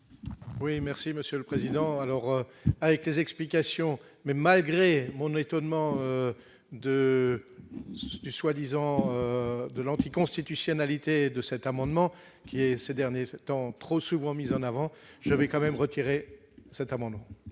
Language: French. Oui, merci Monsieur le Président, alors avec les explications mais malgré mon étonnement de soi-disant de l'anticonstitutionnalité de cet amendement, qui est ces derniers temps, trop souvent mise en avant, je vais quand même retiré cet amendement.